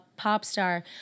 Popstar